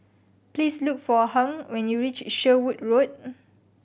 please look for Hung when you reach Sherwood Road